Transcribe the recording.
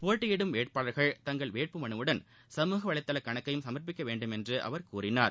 போட்டியிடும் வேட்பாளர்கள் தங்கள் வேட்பு மனுவுடன் சமூக வலைதள கணக்கையும சமா்பிக்க வேண்டுமென்றும் அவர் கூறினார்